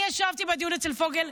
אני ישבתי בדיון אצל פוגל,